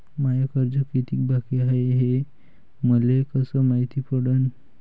माय कर्ज कितीक बाकी हाय, हे मले कस मायती पडन?